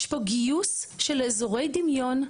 יש פה גיוס של אזורי דמיון,